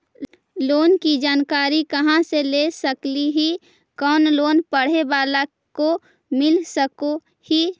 Loan की जानकारी कहा से ले सकली ही, कोन लोन पढ़े बाला को मिल सके ही?